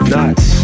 Nuts